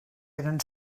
eren